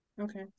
Okay